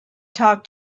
talk